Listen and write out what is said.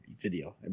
video